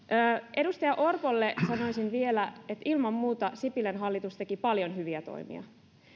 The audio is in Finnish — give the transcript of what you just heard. edustaja orpolle sanoisin vielä että ilman muuta sipilän hallitus teki paljon hyviä toimia